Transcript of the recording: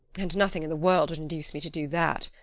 and nothing in the world would induce me to do that.